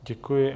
Děkuji.